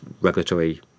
regulatory